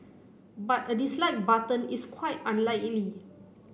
but a dislike button is quite unlikely